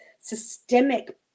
systemic